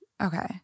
Okay